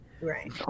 Right